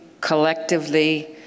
collectively